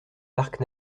parcs